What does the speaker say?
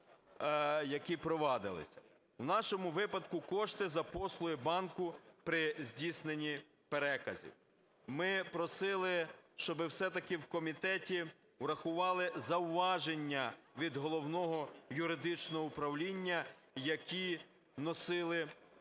які провадилися. У нашому випадку кошти за послуги банку при здійсненні переказів. Ми просили, щоб все-таки в комітеті врахували зауваження від Головного юридичного управління, які носили